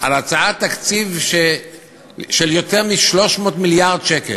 על הצעת תקציב של יותר מ-300 מיליארד שקל,